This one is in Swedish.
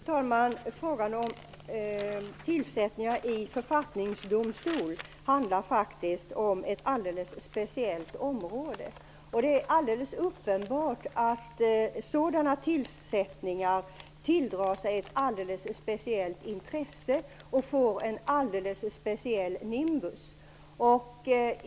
Fru talman! Frågan om tillsättningar i författningsdomstol handlar om ett alldeles speciellt område. Det är uppenbart att sådana tillsättningar tilldrar sig ett alldeles speciellt intresse och får en alldeles speciell nimbus.